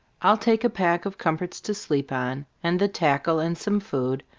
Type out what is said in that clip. i'll take a pack of comforts to sleep on, and the tackle and some food,